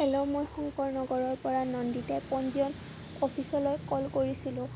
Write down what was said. hello মই শংকৰ নগৰৰ পৰা নন্দিতাই পঞ্জীয়ন অফিচলৈ কল কৰিছিলোঁ